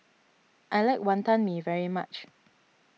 I like Wantan Mee very much